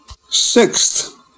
Sixth